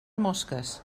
mosques